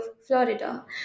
Florida